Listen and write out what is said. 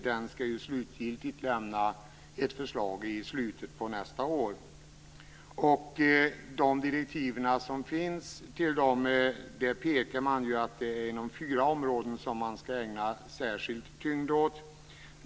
Den skall slutgiltigt lämna ett förslag i slutet på nästa år. Man pekar på att de direktiv som finns till dem gäller de fyra områden som man skall lägga särskild tyngd på.